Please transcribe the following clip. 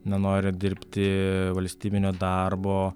nenori dirbti valstybinio darbo